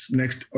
next